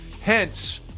Hence